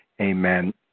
amen